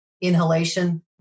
inhalation